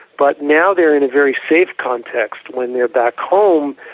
but now they are in a very safe context when they're back home,